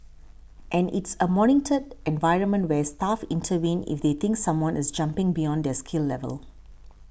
and it's a monitored environment where staff intervene if they think someone is jumping beyond their skill level